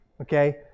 Okay